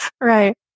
Right